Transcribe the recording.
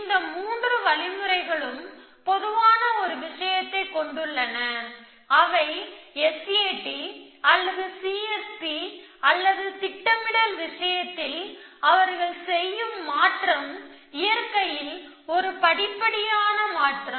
இந்த 3 வழிமுறைகளும் பொதுவான ஒரு விஷயத்தைக் கொண்டுள்ளன அவை S A T அல்லது C S P அல்லது திட்டமிடல் விஷயத்தில் அவர்கள் செய்யும் மாற்றம் இயற்கையில் ஒரு படிப்படியான மாற்றம்